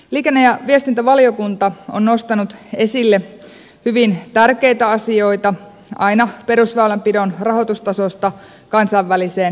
liikenne ja viestintävaliokunta on nostanut esille hyvin tärkeitä asioita aina perusväylänpidon rahoitustasosta kansainväliseen edunvalvontaan